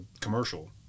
commercial